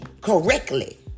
correctly